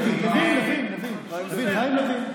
לוין, חיים לוין.